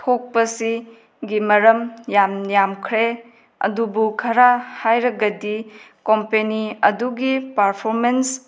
ꯊꯣꯛꯄꯁꯤꯒꯤ ꯃꯔꯝ ꯌꯥꯝ ꯌꯥꯝꯈ꯭ꯔꯦ ꯑꯗꯨꯕꯨ ꯈꯔ ꯍꯥꯏꯔꯒꯗꯤ ꯀꯝꯄꯦꯅꯤ ꯑꯗꯨꯒꯤ ꯄꯥꯔꯐꯣꯃꯦꯟꯁ